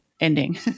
ending